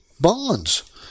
bonds